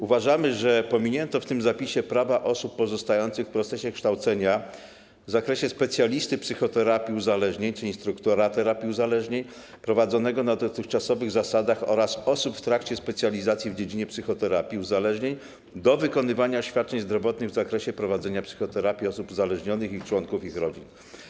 Uważamy, że pominięto w tym zapisie prawa osób pozostających w procesie kształcenia w zakresie specjalisty psychoterapii uzależnień czy instruktora terapii uzależnień, prowadzonego na dotychczasowych zasadach, oraz osób w trakcie specjalizacji w dziedzinie psychoterapii uzależnień, do wykonywania świadczeń zdrowotnych w zakresie prowadzenia psychoterapii osób uzależnionych i członków ich rodzin.